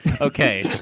Okay